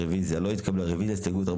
הצבעה הרוויזיה לא נתקבלה הרוויזיה לא התקבלה.